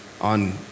on